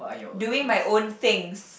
doing my own things